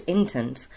Intent